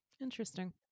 Interesting